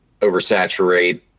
oversaturate